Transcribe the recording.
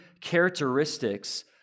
characteristics